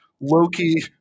Loki